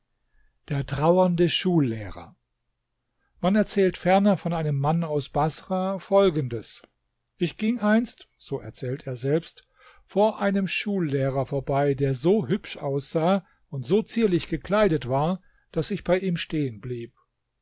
der trauernde schullehrer man erzählt ferner von einem mann aus baßrah folgendes ich ging einst so erzählt er selbst vor einem schullehrer vorbei der so hübsch aussah und so zierlich gekleidet war daß ich bei ihm